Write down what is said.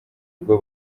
ubwo